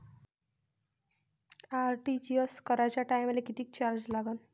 RTGS कराच्या टायमाले किती चार्ज लागन?